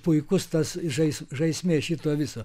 puikus tas žais žaismė šito viso